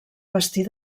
vestir